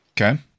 Okay